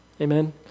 Amen